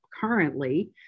currently